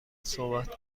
صحبت